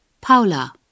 Paula